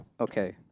Okay